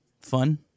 fun